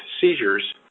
seizures